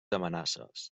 amenaces